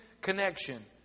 connection